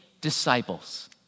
disciples